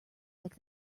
like